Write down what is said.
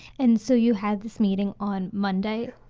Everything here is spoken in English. and so you had this meeting on monday?